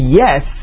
yes